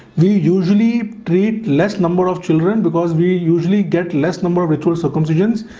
we usually treat less number of children because we usually get less number of ritual circumcisions.